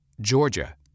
Georgia